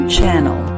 Channel